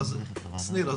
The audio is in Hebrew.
שניר,